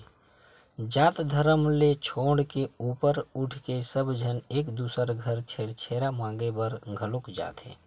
जात धरम ल छोड़ के ऊपर उठके सब झन एक दूसर घर छेरछेरा मागे बर घलोक जाथे